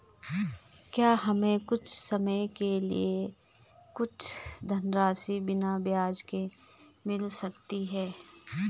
क्या हमें कुछ समय के लिए कुछ धनराशि बिना ब्याज के मिल सकती है?